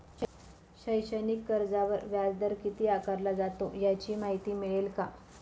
शैक्षणिक कर्जावर व्याजदर किती आकारला जातो? याची माहिती मिळेल का?